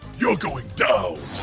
you're going down.